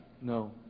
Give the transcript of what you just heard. No